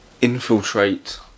infiltrate